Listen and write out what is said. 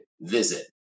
visit